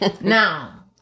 Now